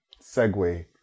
segue